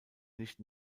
nicht